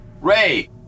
Ray